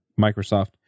Microsoft